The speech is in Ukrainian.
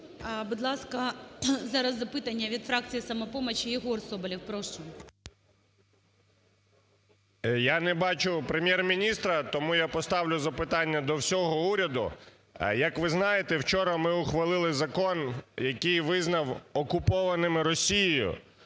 Будь ласка, зараз запитання від фракції "Самопоміч" Єгор Соболєв. Прошу. 10:33:55 СОБОЛЄВ Є.В. Я не бачу Прем'єр-міністра, тому я поставлю запитання до всього уряду. Як ви знаєте, вчора ми ухвалили закон, який визнав окупованими Росією